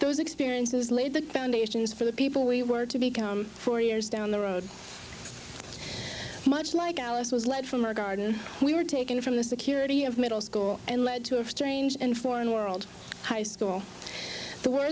those experiences laid the foundations for the people we were to become four years down the road much like alice was led from our garden we were taken from the security of middle school and led to a strange and foreign world high school